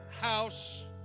house